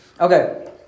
Okay